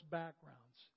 backgrounds